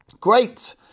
Great